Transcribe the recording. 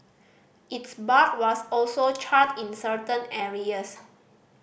its bark was also charred in certain areas